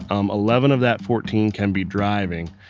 um eleven of that fourteen can be driving,